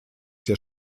der